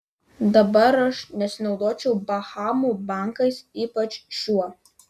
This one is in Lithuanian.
dabar aš nesinaudočiau bahamų bankais ypač šiuo